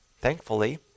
thankfully